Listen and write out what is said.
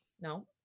no